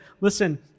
listen